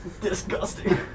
Disgusting